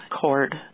cord